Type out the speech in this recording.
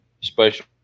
special